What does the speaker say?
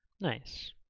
Nice